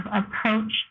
approach